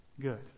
good